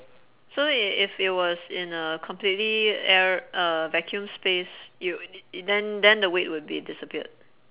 so i~ if it was in a completely air uh vacuum space it would it it then then the weight would be disappeared